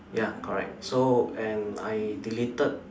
ya correct so and I deleted